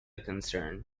concern